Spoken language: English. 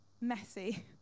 messy